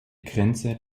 grenze